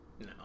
No